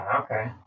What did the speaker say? Okay